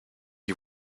you